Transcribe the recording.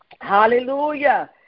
Hallelujah